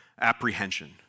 apprehension